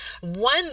One